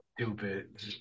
Stupid